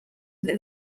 that